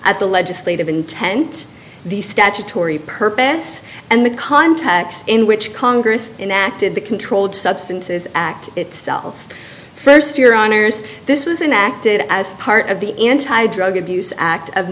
at the legislative intent the statutory purpose and the context in which congress enacted the controlled substances act itself st your honour's this was an acted as part of the anti drug abuse act of